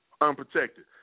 Unprotected